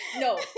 No